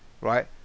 Right